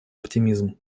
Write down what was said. оптимизм